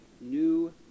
new